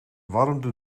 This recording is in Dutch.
warmde